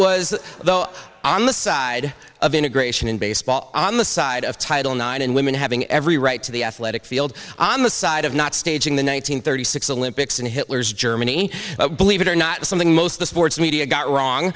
was on the side of integration in baseball on the side of title nine and women having every right to the athletic field on the side of not staging the one nine hundred thirty six olympics in hitler's germany believe it or not something most of the sports media got wrong